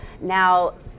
now